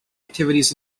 activities